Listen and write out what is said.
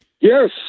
Yes